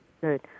Good